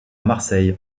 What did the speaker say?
marseille